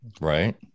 right